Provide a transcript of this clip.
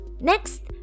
next